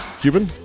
Cuban